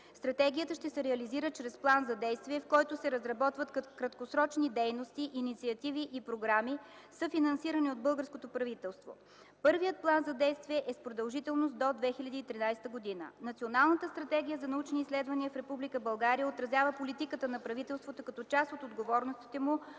Стратегията ще се реализира чрез план за действие, в който се разработват краткосрочни дейности, инициативи и програми, съфинансирани от българското правителство. Първият план за действие е с продължителност до 2013 г. Националната стратегия за научни изследвания в Република България отразява политиката на правителството като част от отговорностите му